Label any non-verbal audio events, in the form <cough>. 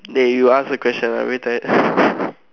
dey you ask a question lah I very tired <breath>